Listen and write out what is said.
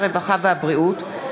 הרווחה והבריאות,